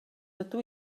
dydw